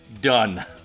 done